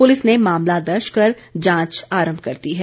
police ने मामला दर्ज कर जांच आरम्भ कर दी है